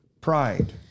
Pride